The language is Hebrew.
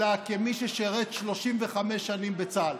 אלא כמי ששירת 35 שנים בצה"ל,